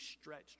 stretched